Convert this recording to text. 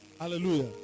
Hallelujah